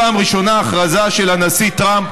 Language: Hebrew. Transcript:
פעם ראשונה הכרזה של הנשיא טראמפ,